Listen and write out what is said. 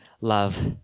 love